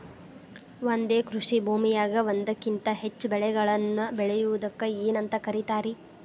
ಒಂದೇ ಕೃಷಿ ಭೂಮಿಯಾಗ ಒಂದಕ್ಕಿಂತ ಹೆಚ್ಚು ಬೆಳೆಗಳನ್ನ ಬೆಳೆಯುವುದಕ್ಕ ಏನಂತ ಕರಿತಾರಿ?